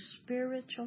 spiritual